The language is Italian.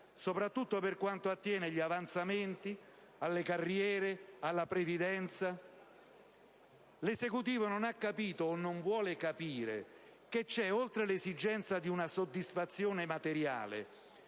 soprattutto per quanto attiene agli avanzamenti, alle carriere e alla previdenza. L'Esecutivo non ha capito, o non vuole capire, che, oltre l'esigenza di una soddisfazione materiale,